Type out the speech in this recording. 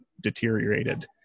deteriorated